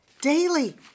daily